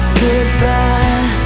goodbye